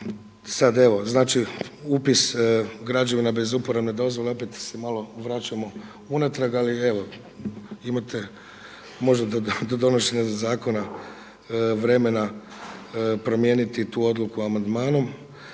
sada evo upis građevina bez uporabne dozvole opet se malo vraćamo unatrag ali evo imate možda do donošenja zakona vremena promijeniti tu odluku amandmanom.